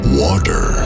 water